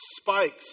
spikes